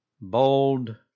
bold